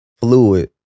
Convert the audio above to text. fluid